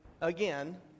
again